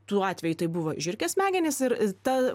tuo atveju tai buvo žiurkės smegenys ir ta